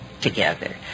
together